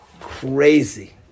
Crazy